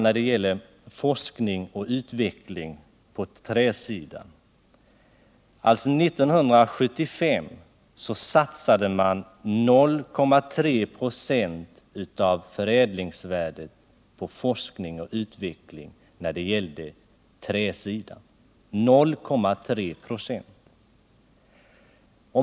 År 1975 satsade man 0,3 96 av förädlingsvärdet till forskning och utveckling inom träindustrin.